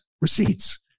receipts